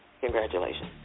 Congratulations